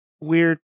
weird